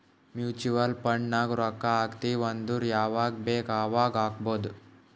mutual fund ನಾಗ್ ರೊಕ್ಕಾ ಹಾಕ್ತಿವ್ ಅಂದುರ್ ಯವಾಗ್ ಬೇಕ್ ಅವಾಗ್ ಹಾಕ್ಬೊದ್